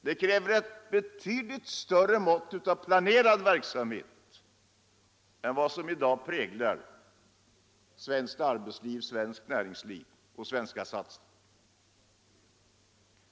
Det kräver ett betydligt större mått av planerad verksamhet än vad som i dag präglar svenskt arbetsliv, svenskt näringsliv och svenska satsningar.